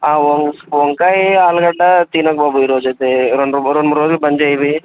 వం వంకాయి ఆలుగడ్డ తినకు బాబు ఈరోజు అయితే రెండు మూ రెండు మూడు రోజులు బంద్ చెయ్యి ఇవి